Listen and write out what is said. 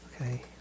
Okay